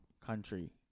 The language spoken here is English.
country